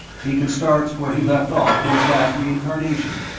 he can start where he left off in his last reincarnation.